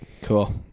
cool